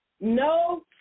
no